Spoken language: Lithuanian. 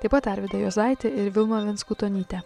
taip pat arvydą juozaitį ir vilmą venskutonytę